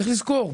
צריך לזכור,